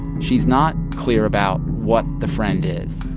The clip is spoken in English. she's not clear about what the friend is.